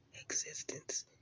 existence